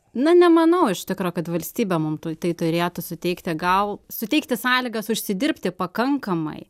na nemanau iš tikro kad valstybė mum tai turėtų suteikti gal suteikti sąlygas užsidirbti pakankamai